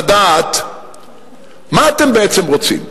לדעת מה אתם בעצם רוצים.